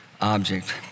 object